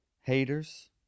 haters